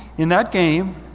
in that game,